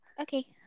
Okay